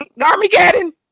Armageddon